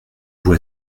vous